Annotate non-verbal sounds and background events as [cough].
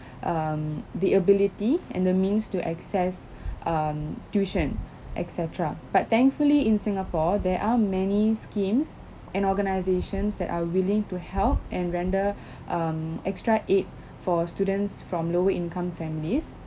um the ability and the means to access [breath] um tuition et cetera but thankfully in singapore there are many schemes and organizations that are willing to help and render [breath] um extra aid for students from lower income families